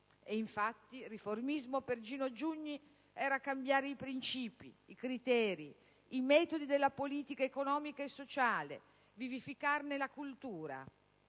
Infatti, riformismo, per Gino Giugni, significava cambiare i principi, i criteri, i metodi della politica economica e sociale, vivificarne la cultura.